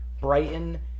Brighton